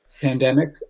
Pandemic